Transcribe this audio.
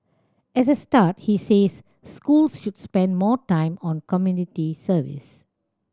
as a start he says schools should spend more time on community service